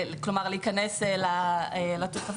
כלומר להיכנס לתוספות,